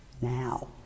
now